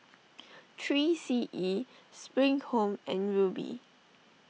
three C E Spring Home and Rubi